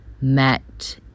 met